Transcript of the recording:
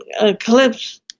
eclipse